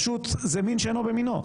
זה מין בשאינו מינו.